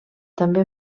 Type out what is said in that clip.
també